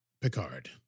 Picard